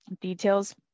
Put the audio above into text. details